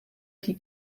die